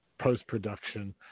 post-production –